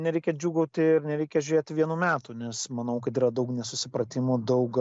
nereikia džiūgauti ir nereikia žiūrėti vienų metų nes manau kad yra daug nesusipratimų daug